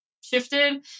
shifted